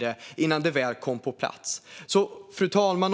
det innan det väl kom på plats. Fru talman!